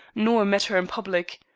nor met her in public.